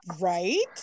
right